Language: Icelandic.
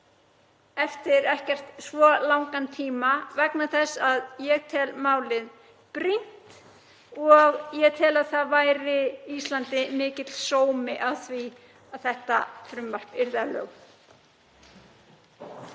eftir ekkert svo langan tíma vegna þess að ég tel málið brýnt og ég tel að það væri Íslandi mikill sómi að því að þetta frumvarp yrði að